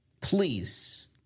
Please